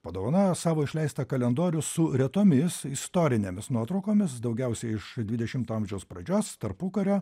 padovanojo savo išleistą kalendorių su retomis istorinėmis nuotraukomis daugiausiai iš dvidešimto amžiaus pradžios tarpukario